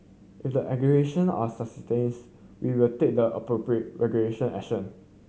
if the allegation are substance we will take the appropriate regulation action